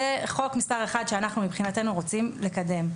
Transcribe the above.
זה חוק מספר אחד שאנחנו מבחינתנו רוצים לקדם.